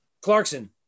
Clarkson